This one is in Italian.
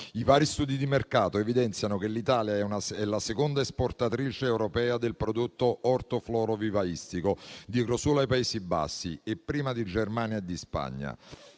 I vari studi di mercato evidenziano che l'Italia è la seconda esportatrice europea del prodotto ortoflorovivaistico, dietro solo ai Paesi Bassi e prima di Germania e di Spagna.